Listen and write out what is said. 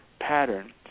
pattern